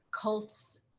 cults